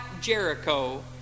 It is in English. Jericho